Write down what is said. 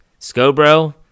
Scobro